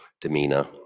demeanor